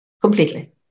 completely